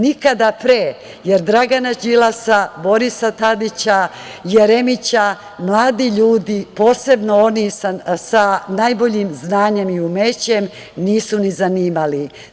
Nikada pre, jer Dragana Đilasa, Borisa Tadića, Jeremića, mladi ljudi, posebno oni sa najboljim znanjem i umećem, nisu ni zanimali.